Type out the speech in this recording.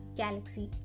galaxy